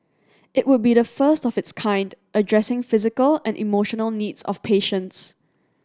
it would be the first of its kind addressing physical and emotional needs of patients